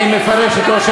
אני מפרש את ראש